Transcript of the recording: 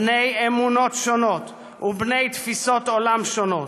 בני אמונות שונות ובני תפיסות עולם שונות.